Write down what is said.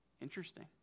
Interesting